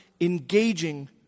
engaging